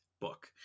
book